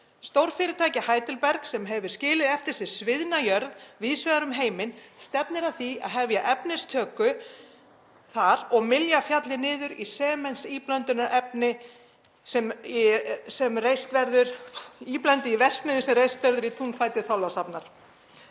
Stórfyrirtækið Heidelberg, sem hefur skilið eftir sig sviðna jörð víðs vegar um heiminn, stefnir að því að hefja efnistöku þar og mylja fjallið niður í sementsíblöndunarefni í verksmiðju sem reist verður í túnfæti Þorlákshafnar.